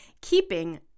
keeping